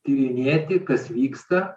tyrinėti kas vyksta